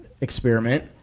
experiment